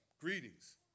Greetings